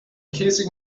käsig